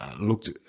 looked